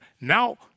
Now